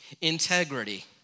Integrity